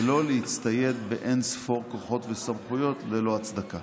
ולא להצטייד באין-ספור כוחות וסמכויות ללא הצדקה.